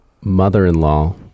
mother-in-law